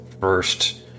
First